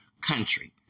country